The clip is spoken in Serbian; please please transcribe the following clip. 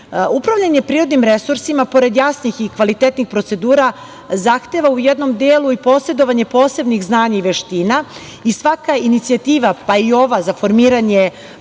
usluga. Upravljanje prirodnim resursima pored jasnih i kvalitetnih procedura zahteva u jednom delu i posedovanje posebnih znanja i veština i svaka inicijativa, pa i ova za formiranje